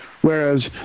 whereas